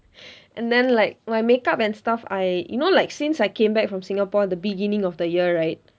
and then like my makeup and stuff I you know like since I came back from singapore the beginning of the year right